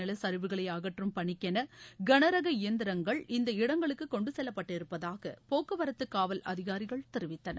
நிலச்சரிவுகளை அகற்றும் பணிக்கென கனரக இயந்திரங்கள் இந்த இடங்களுக்கு இந்த கொண்டுசெல்லப்பட்டிருப்பதாக போக்குவரத்து காவல் அதிகாரிகள் தெரிவித்தனர்